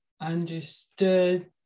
understood